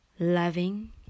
loving